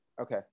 Okay